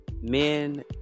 men